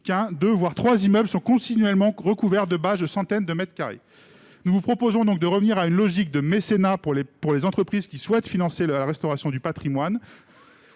qu'un, deux, voire trois immeubles sont continuellement recouverts de bâches de plusieurs centaines de mètres carrés. Nous vous proposons donc de revenir à une logique de mécénat pour les entreprises qui souhaitent financer la restauration du patrimoine